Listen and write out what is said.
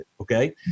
Okay